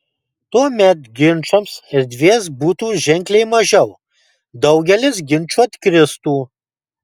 tuomet ginčams erdvės būtų ženkliai mažiau daugelis ginčų atkristų